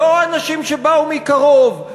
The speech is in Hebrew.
לא אנשים שבאו מקרוב,